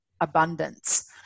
abundance